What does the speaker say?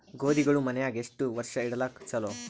ಗೋಧಿಗಳು ಮನ್ಯಾಗ ಎಷ್ಟು ವರ್ಷ ಇಡಲಾಕ ಚಲೋ?